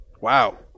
Wow